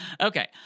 Okay